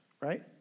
right